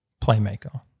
playmaker